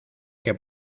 que